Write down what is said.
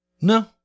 No